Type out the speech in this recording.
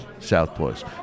southpaws